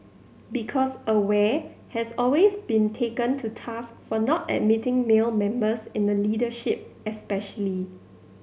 because Aware has always been taken to task for not admitting male members in the leadership especially